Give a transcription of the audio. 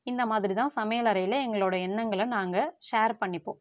இந்தமாதிரிதான் சமையல் அறையில் எங்களோடய எண்ணங்களை நாங்கள் ஷேர் பண்ணிப்போம்